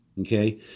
Okay